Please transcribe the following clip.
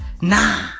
Nah